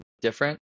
different